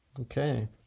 Okay